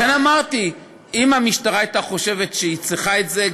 לכן אמרתי: אם המשטרה הייתה חושבת שהיא צריכה גם את זה,